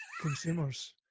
consumers